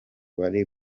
bari